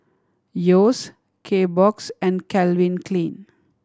Yeo's Kbox and Calvin Klein